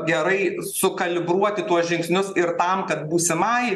gerai sukalibruoti tuos žingsnius ir tam kad būsimai